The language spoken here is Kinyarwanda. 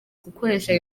gukoresha